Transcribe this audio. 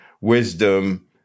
wisdom